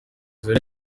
zari